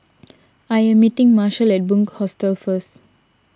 I am meeting Marshal at Bunc Hostel first